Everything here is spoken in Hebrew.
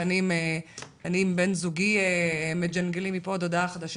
אני עם בן זוגי מג'נגלים מפה עד הודעה חדשה.